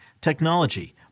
technology